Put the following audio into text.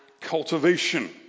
cultivation